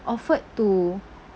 offered to